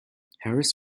harris